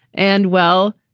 and, well,